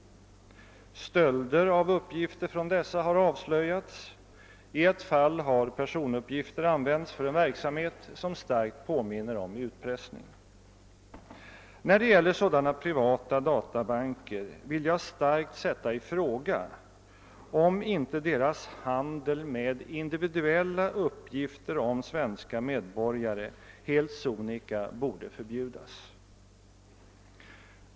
Stölder av uppgifter från dessa har avslöjats. I ett fall har personuppgifter använts för en verksamhet som starkt påminner om utpressning. När det gäller sådana privata databanker vill jag starkt sätta i fråga, om inte deras handel med individuella uppgifter om svenska medborgare helt sonika borde förbjudas.